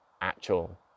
actual